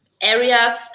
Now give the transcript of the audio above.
areas